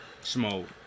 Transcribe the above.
smoke